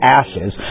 ashes